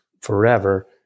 forever